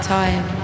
time